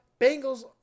Bengals